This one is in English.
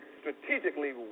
strategically